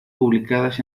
publicadas